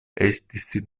estis